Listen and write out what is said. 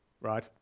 right